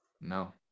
no